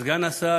סגן השר,